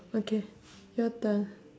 okay your turn